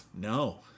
no